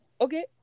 Okay